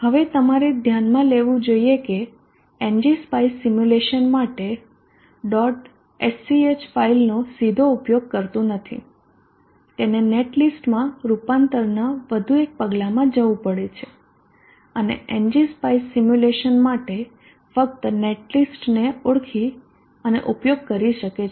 હવે તમારે ધ્યાનમાં લેવું જોઈએ કે એનજીસ્પાઇસ સિમ્યુલેશન માટે dot SCH ફાઇલનો સીધો ઉપયોગ કરતું નથી તેને નેટલિસ્ટમાં રૂપાંતરના વધુ એક પગલામાં જવું પડે છે અને એનજીસ્પાઇસ સિમ્યુલેશન માટે ફક્ત નેટલિસ્ટને ઓળખી અને ઉપયોગ કરી શકે છે